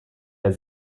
der